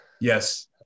Yes